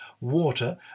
water